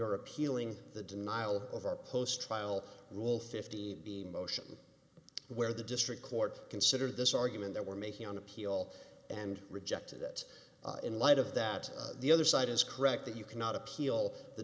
are appealing the denial of our post trial rule fifty the motion where the district court considered this argument that we're making on appeal and rejected it in light of that the other side is correct that you cannot appeal the